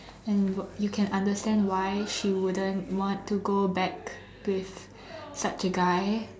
and you can understand why she wouldn't want to go back with such a guy